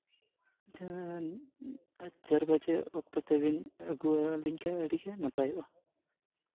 ᱟᱪᱪᱷᱟ ᱪᱟᱨ ᱵᱟᱡᱮ ᱚᱠᱛᱚ ᱛᱮᱵᱤᱱ ᱟᱹᱜᱩᱣᱟᱞᱤᱧ ᱠᱷᱟᱱ ᱟᱹᱰᱤᱜᱮ ᱱᱟᱯᱟᱭ ᱠᱚᱜᱼᱟ